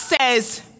says